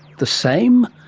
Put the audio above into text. the same?